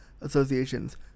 associations